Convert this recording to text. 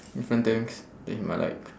different things that he might like